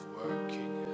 working